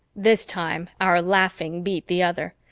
this time our laughing beat the other.